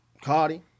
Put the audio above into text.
cardi